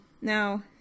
Now